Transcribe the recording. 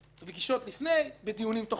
בפגישות לפני, בדיונים תוך כדי.